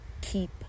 keep